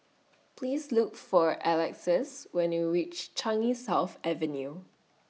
Please Look For Alexys when YOU REACH Changi South Avenue